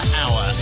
hour